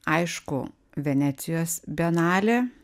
aišku venecijos bienalė